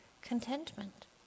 contentment